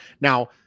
Now